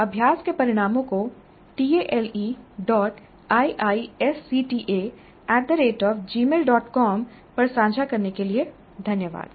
अभ्यास के परिणामों को taleiisctagmailcom पर साझा करने के लिए धन्यवाद